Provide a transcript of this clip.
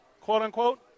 quote-unquote